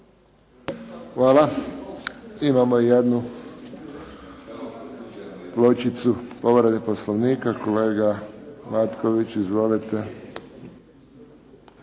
Hvala. Imamo jednu pločicu povrede Poslovnika. Kolega Matković, izvolite.